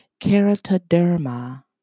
keratoderma